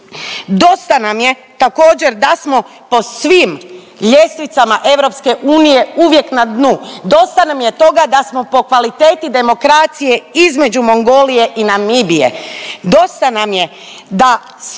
Dosta nam je također da smo po svim ljestvicama EU uvijek na dnu. Dosta nam je toga da smo po kvaliteti demokracije između Mongolije i Namibije.